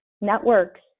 networks